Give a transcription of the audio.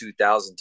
2000